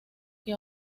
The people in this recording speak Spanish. que